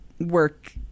work